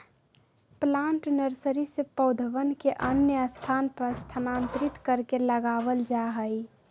plant nursery से पौधवन के अन्य स्थान पर स्थानांतरित करके लगावल जाहई